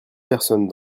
personnes